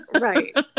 Right